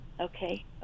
okay